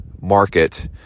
market